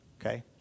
Okay